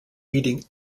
leading